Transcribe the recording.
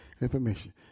information